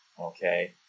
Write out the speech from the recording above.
okay